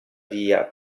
via